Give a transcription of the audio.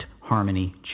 Harmony